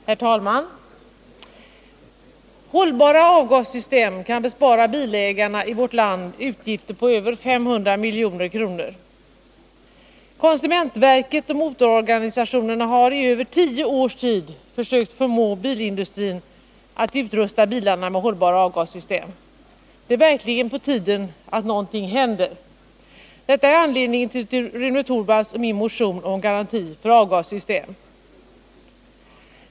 Herr talman! Hållbara avgassystem kan bespara bilägarna i vårt land utgifter på över 500 milj.kr. Konsumentverket och motororganisationerna har i över tio års tid försökt förmå bilindustrin att utrusta bilarna med hållbara avgassystem. Det är verkligen på tiden nu att något händer. Detta är anledningen till Rune Torwalds och min motion om garanti för avgassystem.